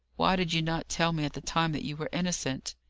why did you not tell me at the time that you were innocent?